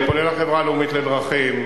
אני פונה אל החברה הלאומית לדרכים,